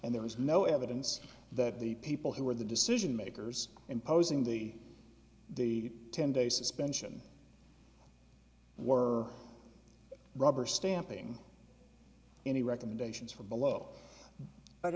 and there was no evidence that the people who were the decision makers imposing the the ten day suspension were rubber stamping any recommendations from below